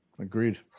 agreed